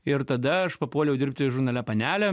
ir tada aš papuoliau dirbti žurnale panelė